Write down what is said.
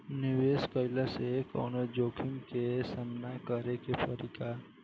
निवेश कईला से कौनो जोखिम के सामना करे क परि का?